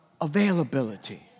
availability